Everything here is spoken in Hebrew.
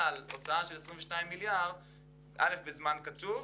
על הוצאה של 22 מיליארד בזמן קצוב,